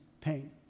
pain